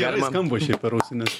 gerai skamba šiaip per ausines